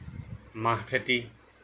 মাহ খেতি